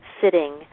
sitting